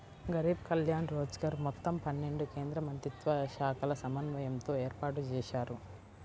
గరీబ్ కళ్యాణ్ రోజ్గర్ మొత్తం పన్నెండు కేంద్రమంత్రిత్వశాఖల సమన్వయంతో ఏర్పాటుజేశారు